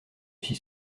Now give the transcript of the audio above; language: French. suis